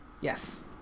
yes